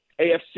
AFC